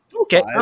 okay